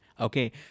Okay